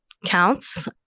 counts